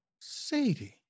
Sadie